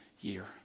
year